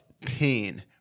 pain